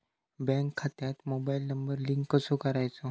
Bank खात्यात mobile number link कसो करायचो?